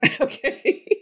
Okay